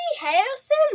Harrison